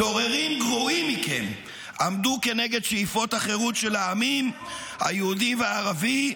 צוררים גרועים מכם עמדו כנגד שאיפות החירות של העמים היהודי והערבי,